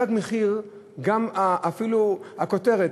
"תג מחיר" אפילו הכותרת,